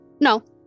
No